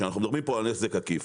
שאנחנו מדברים פה על נזק עקיף.